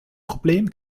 problem